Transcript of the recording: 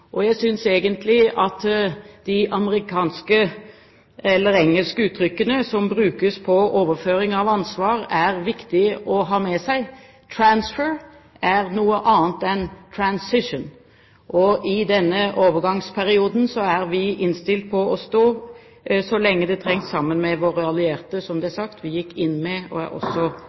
Jeg synes egentlig de engelske uttrykkene som brukes på overføring av ansvar, er viktige å ha med seg: «transfer» er noe annet enn «transition». Og i denne overgangsperioden er vi innstilt på å stå så lenge det trengs, sammen med våre allierte. Som det er sagt: Vi gikk inn med og er også